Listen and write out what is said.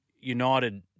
United